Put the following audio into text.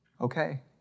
Okay